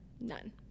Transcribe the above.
none